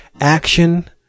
action